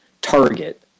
target